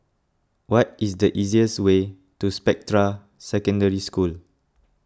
what is the easiest way to Spectra Secondary School